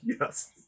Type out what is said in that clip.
Yes